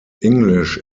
english